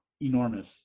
enormous